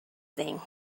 thing